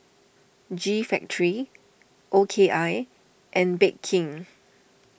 G Factory O K I and Bake King